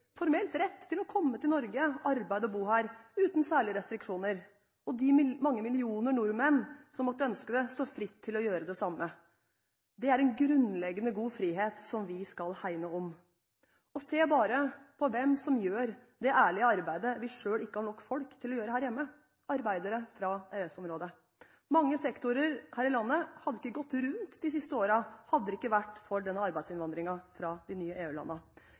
formelt rett til å komme til Norge, arbeide og bo her uten særlige restriksjoner. De mange millioner nordmenn som måtte ønske det, står fritt til å gjøre det samme i andre land. Det er en grunnleggende god frihet som vi skal hegne om. Se bare på hvem som gjør det ærlige arbeidet vi selv ikke har nok folk til gjøre her hjemme: arbeidere fra EØS-området. Mange sektorer her i landet hadde ikke gått rundt de siste årene, hadde det ikke vært for arbeidsinnvandringen fra de nye